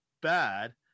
bad